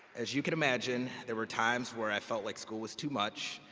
as you can imagine, there were times where i felt like school was too much.